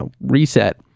reset